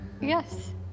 Yes